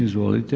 Izvolite.